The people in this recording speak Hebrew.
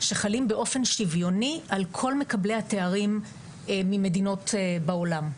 שחלים באופן שיוויוני על כל מקבלי התארים ממדינות בעולם.